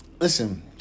Listen